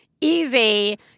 easy